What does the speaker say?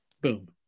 boom